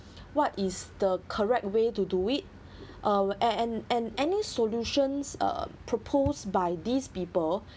what is the correct way to do it uh and and and any solutions uh proposed by these people